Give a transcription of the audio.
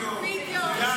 שבזכותו יש תקשורת מהירה,